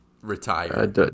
retire